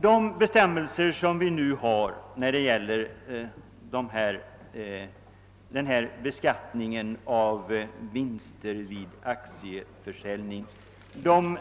De bestämmelser som vi nu har när det gäller beskattningen av vinster vid aktieförsäljning